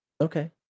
okay